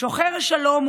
עוכר ישראל אפילו,